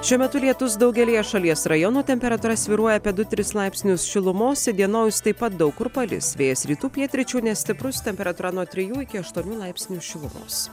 šiuo metu lietus daugelyje šalies rajonų temperatūra svyruoja apie du tris laipsnius šilumos įdienojus taip pat daug kur palis vėjas rytų pietryčių nestiprus temperatūra nuo trijų iki aštuonių laipsnių šilumos